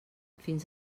fins